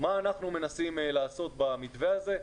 מה אנחנו מנסים לעשות במתווה הזה,